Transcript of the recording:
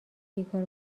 بیکار